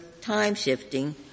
time-shifting